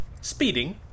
Speeding